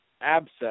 abscess